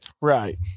Right